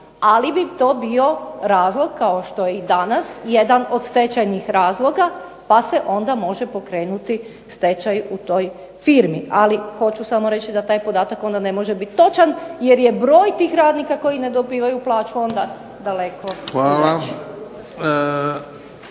ali bi to bio razlog kao što je i danas, jedan od stečajnih razloga pa se onda može pokrenuti stečaj u toj firmi. Ali hoću samo reći da taj podatak onda ne može biti točan jer je broj tih radnika koji ne dobivaju plaću onda daleko veći.